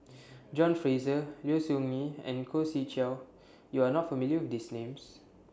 John Fraser Low Siew Nghee and Khoo Swee Chiow YOU Are not familiar with These Names